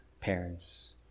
parents